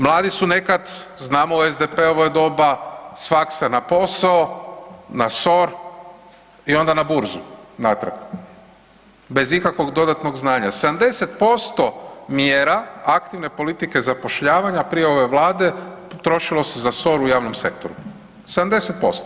Mladi su nekad, znamo u SDP-ovo doba, s faks na posao, na SOR, i onda na burzu, natrag, bez ikakvog dodatnog znanja, 70% mjera aktivne politike zapošljavanja prije ove Vlade, potrošilo se za SOR u javnom sektoru, 70%